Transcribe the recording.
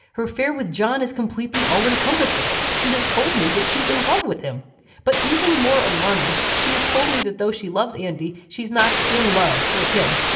her affair with john is completely all encompassing. she has told me that she's in love with him but even more alarming she has told me that though she loves andy she's not in love with him.